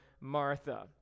Martha